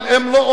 אבל הם לא,